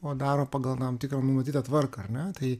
o daro pagal tam tikrą numatytą tvarką ar ne tai